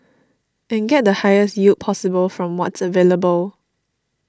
and get the highest yield possible from what's available